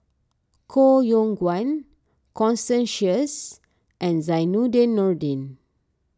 Koh Yong Guan Constance Sheares and Zainudin Nordin